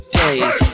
days